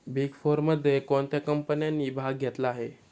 Big फोरमध्ये कोणत्या कंपन्यांनी भाग घेतला आहे?